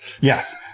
Yes